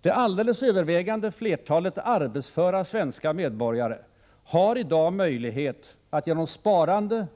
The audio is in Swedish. Det alldeles övervägande flertalet arbetsföra svenska medborgare har i dag möjlighet att genom sparande